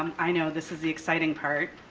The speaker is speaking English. um i know this is the exciting part.